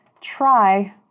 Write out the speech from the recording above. try